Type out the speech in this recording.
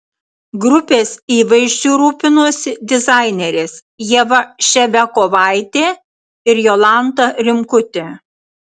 grupės įvaizdžiu rūpinosi dizainerės ieva ševiakovaitė ir jolanta rimkutė